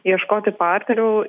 ieškoti partnerių